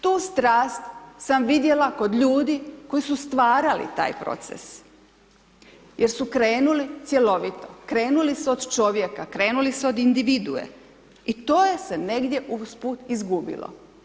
Tu strast sam vidjela kod ljudi koji su stvarali taj proces jer su krenuli cjelovito, krenuli su od čovjeka, krenuli su od individue i to se je negdje uz put izgubilo.